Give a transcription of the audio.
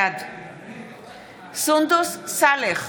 בעד סונדוס סאלח,